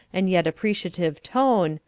and yet appreciative tone,